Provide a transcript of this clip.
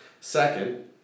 Second